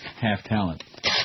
half-talent